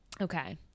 Okay